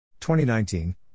2019